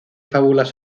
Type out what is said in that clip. fábulas